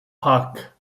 pack